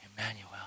Emmanuel